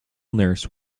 nurse